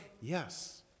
yes